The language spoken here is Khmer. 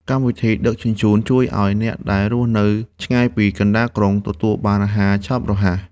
កម្មវិធីដឹកជញ្ជូន ជួយឱ្យអ្នកដែលរស់នៅឆ្ងាយពីកណ្ដាលក្រុង ទទួលបានអាហារឆាប់រហ័ស។